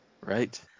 Right